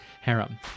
harem